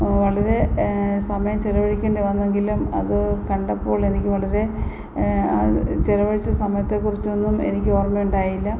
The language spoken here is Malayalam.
വളരെ സമയം ചിലവഴിക്കേണ്ടി വന്നെങ്കിലും അതു കണ്ടപ്പോൾ എനിക്കു വളരെ അതു ചിലവഴിച്ച സമയത്തെക്കുറിച്ചൊന്നും എനിക്ക് ഓർമ്മയുണ്ടായില്ല